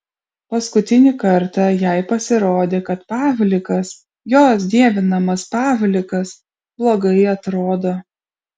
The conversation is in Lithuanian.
paskutinį kartą jai pasirodė kad pavlikas jos dievinamas pavlikas blogai atrodo